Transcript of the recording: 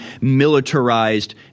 militarized